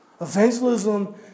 Evangelism